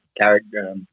character